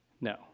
No